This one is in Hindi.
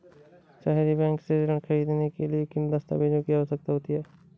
सहरी बैंक से ऋण ख़रीदने के लिए किन दस्तावेजों की आवश्यकता होती है?